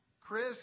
Chris